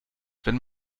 wenn